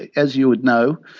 as you would know,